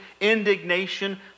indignation